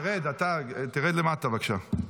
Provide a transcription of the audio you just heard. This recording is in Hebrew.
תרד, תרד, אתה, תרד למטה, בבקשה.